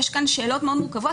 יש כאן שאלות מאוד מורכבות.